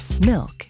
milk